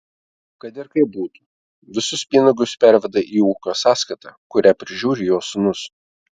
kad ir kaip būtų visus pinigus perveda į ūkio sąskaitą kurią prižiūri jo sūnus